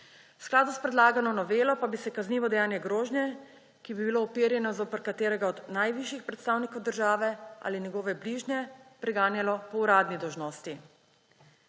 skladu s predlagano novelo pa bi se kaznivo dejanje grožnje, ki bi bilo uperjeno zoper katerega od najvišjih predstavnikov države ali njegove bližnje, preganjalo po uradni dolžnosti.